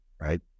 right